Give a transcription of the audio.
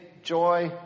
joy